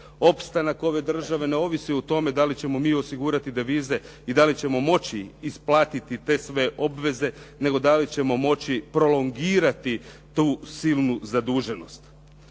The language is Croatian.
Opstanak ove države ne ovisi o tome da li ćemo mi osigurati devize i da li ćemo moći platiti te sve obveze, nego da li ćemo moći prolongirati tu silnu zaduženost.